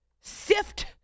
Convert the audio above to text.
sift